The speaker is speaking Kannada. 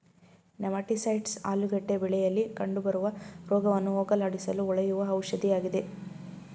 ನೆಮ್ಯಾಟಿಸೈಡ್ಸ್ ಆಲೂಗೆಡ್ಡೆ ಬೆಳೆಯಲಿ ಕಂಡುಬರುವ ರೋಗವನ್ನು ಹೋಗಲಾಡಿಸಲು ಹೊಡೆಯುವ ಔಷಧಿಯಾಗಿದೆ